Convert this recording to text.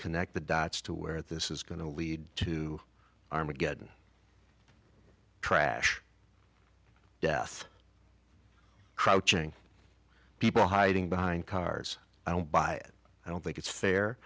connect the dots to where this is going to lead to armageddon trash death crouching people hiding behind cars i don't buy i don't think it's fair